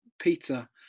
Peter